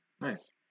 Nice